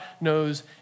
knows